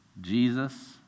Jesus